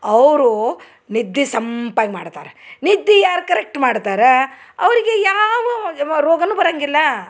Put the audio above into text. ಅವರು ನಿದ್ದೆ ಸಂಪಾಗ ಮಾಡ್ತಾರೆ ನಿದ್ದೆ ಯಾರು ಕರೆಕ್ಟ್ ಮಾಡ್ತರೆ ಅವರಿಗೆ ಯಾವ ರೋಗನು ಬರಂಗಿಲ್ಲ